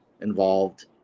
involved